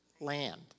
land